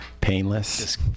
painless